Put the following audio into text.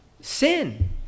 Sin